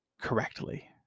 correctly